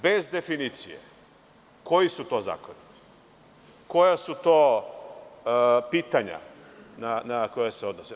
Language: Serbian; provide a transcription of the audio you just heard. Bez definicije koji su to zakoni, koja su to pitanja na koja se odnose.